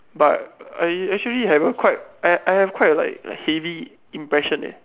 but I actually have a quite I I have quite a like heavy impression eh